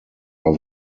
are